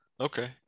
Okay